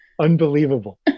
unbelievable